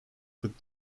could